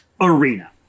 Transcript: arena